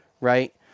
right